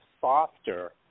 softer